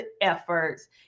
efforts